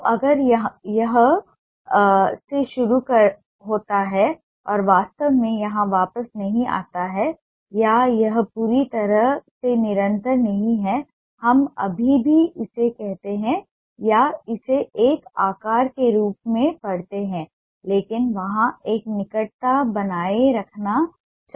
तो अगर यह यहाँ से शुरू होता है और वास्तव में यहाँ वापस नहीं आता है या यह पूरी तरह से निरंतर नहीं है हम अभी भी इसे कहते हैं या इसे एक आकार के रूप में पढ़ते हैं लेकिन वहाँ एक निकटता बनाए रखना चाहिए